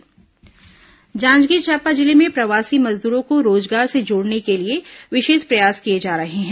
रोजगार परामर्श जांजगीर चांपा जिले में प्रवासी मजदूरों को रोजगार से जोड़ने के लिए विशेष प्रयास किए जा रहे हैं